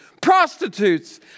prostitutes